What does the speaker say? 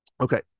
okay